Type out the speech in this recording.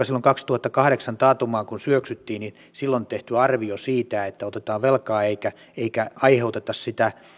silloin kaksituhattakahdeksan kun syöksyttiin taantumaan tehty arvio siitä että otetaan velkaa eikä eikä aiheuteta sitä